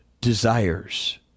desires